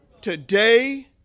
Today